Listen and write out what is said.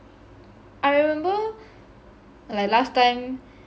I remember like last time